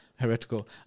heretical